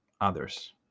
others